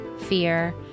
fear